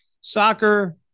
soccer